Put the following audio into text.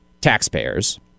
taxpayers